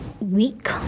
weak